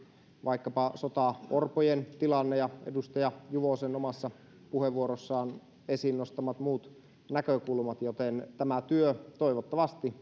sotaorpojen tilanne ja edustaja juvosen omassa puheenvuorossaan esiin nostamat muut näkökulmat joten tämä työ toivottavasti